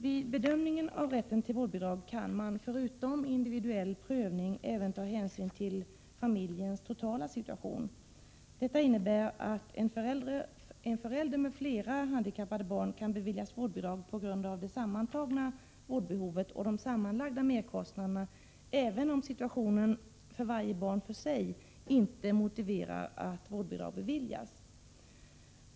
Vid bedömningen av rätten till vårdbidrag kan man förutom individuell prövning även ta hänsyn till familjens totala situation. Detta innebär att en förälder med flera handikappade barn kan beviljas vårdbidrag på grund av det sammantagna vårdbehovet och de sammanlagda merkostnaderna, även om situationen för varje barn för sig inte motiverar att vårdbidrag beviljas.